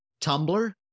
Tumblr